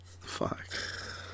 Fuck